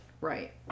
right